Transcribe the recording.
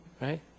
right